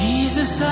Jesus